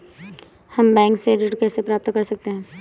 हम बैंक से ऋण कैसे प्राप्त कर सकते हैं?